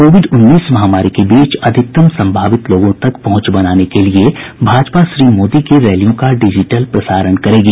Covid उन्नीस महामारी के बीच अधिकतम संभावित लोगों तक पहुंच बनाने के लिए भाजपा श्री मोदी की रैलियों का डिजिटल प्रसारण करेगी